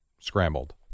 scrambled